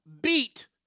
beat